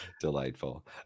Delightful